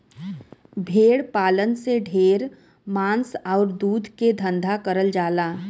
भेड़ पालन से ढेर मांस आउर दूध के धंधा करल जाला